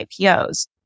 IPOs